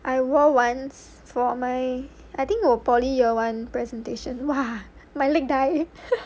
I wore once for my I think fo~ poly year one presentation !wah! my leg died